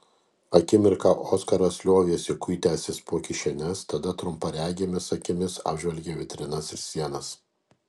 akimirką oskaras liovėsi kuitęsis po kišenes tada trumparegėmis akimis apžvelgė vitrinas ir sienas